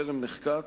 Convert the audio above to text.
טרם נחקק,